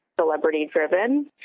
celebrity-driven